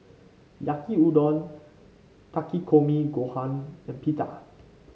Yaki Udon Takikomi Gohan and Pita